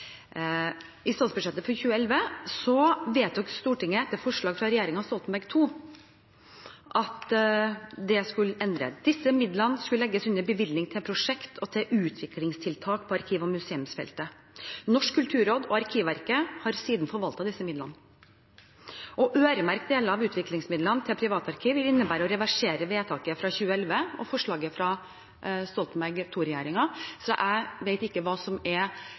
I statsbudsjettet for 2011 vedtok Stortinget etter forslag fra regjeringen Stoltenberg II at det skulle endres. Disse midlene skulle legges under bevilgning til prosjekter og utviklingstiltak på arkiv- og museumsfeltet. Norsk kulturråd og Arkivverket har siden forvaltet disse midlene. Å øremerke deler av utviklingsmidlene til privatarkiv ville innebære å reversere vedtaket fra 2011 og forslaget fra Stoltenberg II-regjeringen, og jeg vet ikke hva som